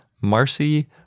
Marcy